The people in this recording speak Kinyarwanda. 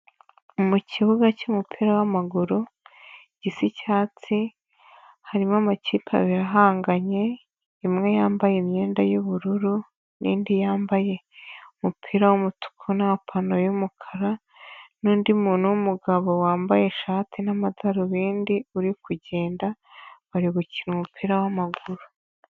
Mu kibuga cyumupira w'amaguru gisa icyatsi, harimo amakipe abiri ahanganye, imwe yambaye imyenda y'ubururu. n'indi yambaye umupira w'umutuku n'amapantaro y'umukara, n'undi muntu w'umugabo wambaye ishati n'amadarubindi uri kugenda, bari gukina umupira w'amaguru.